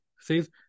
says